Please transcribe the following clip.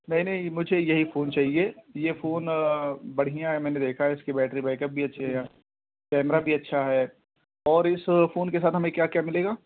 نہیں نہیں مجھے یہی فون چاہیے یہ فون بڑھیاں ہے میں نے دیکھا ہے اس کی بیٹری بیکپ بھی اچھی ہے کیمرہ بھی اچھا ہے اور اس فون کے ساتھ ہمیں کیا کیا ملے گا